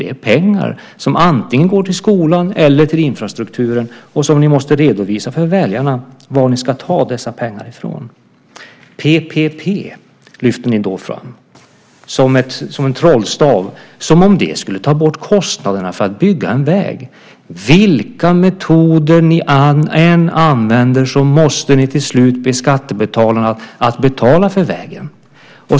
Det är pengar som antingen går till skolan eller till infrastrukturen, och ni måste redovisa för väljarna var ni ska ta dessa pengar ifrån. PPP lyfter ni då fram som en trollstav - som om det skulle ta bort kostnaderna för att bygga en väg! Vilka metoder ni än använder måste ni till slut be skattebetalarna att betala för vägen.